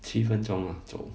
七分钟啊走